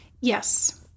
Yes